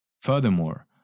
Furthermore